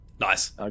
Nice